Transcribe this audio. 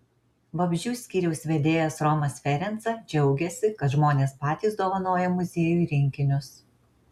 vabzdžių skyriaus vedėjas romas ferenca džiaugiasi kad žmonės patys dovanoja muziejui rinkinius